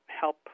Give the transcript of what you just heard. help